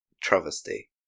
Travesty